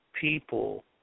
people